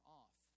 off